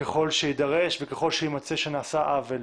ככל שיידרש וככל שיימצא שנעשה עוול.